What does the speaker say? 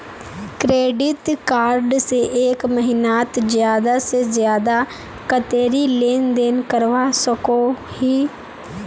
Credit card से एक महीनात ज्यादा से ज्यादा कतेरी लेन देन करवा सकोहो ही?